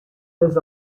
les